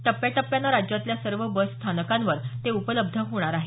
टप्याटप्यानं राज्यातल्या सर्व बसस्थानकांवर ते उपलब्ध होणार आहे